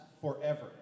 forever